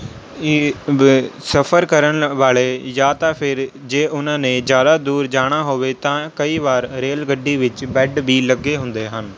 ਇਹ ਸਫ਼ਰ ਕਰਨ ਵਾਲੇ ਜਾਂ ਤਾਂ ਫਿਰ ਜੇ ਉਹਨਾਂ ਨੇ ਜ਼ਿਆਦਾ ਦੂਰ ਜਾਣਾ ਹੋਵੇ ਤਾਂ ਕਈ ਵਾਰ ਰੇਲ ਗੱਡੀ ਵਿੱਚ ਬੈੱਡ ਵੀ ਲੱਗੇ ਹੁੰਦੇ ਹਨ